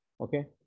okay